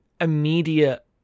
immediate